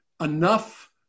enough